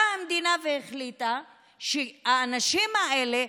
באה המדינה והחליטה שהאנשים האלה,